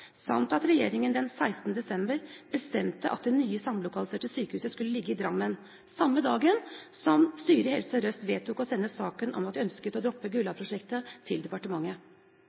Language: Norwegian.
samt at regjeringen den 16. desember bestemte at det nye samlokaliserte sykehuset skulle ligge i Drammen – samme dag som styret i Helse Sør-Øst vedtok å sende saken om at de ønsket å droppe Gullaug-prosjektet, til departementet?